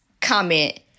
comment